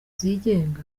zigenga